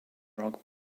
rock